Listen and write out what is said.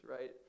right